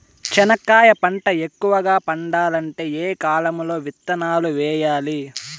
చెనక్కాయ పంట ఎక్కువగా పండాలంటే ఏ కాలము లో విత్తనాలు వేయాలి?